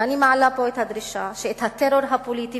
ואני מעלה פה את הדרישה שאת הטרור הפוליטי